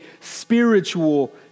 spiritual